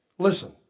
Listen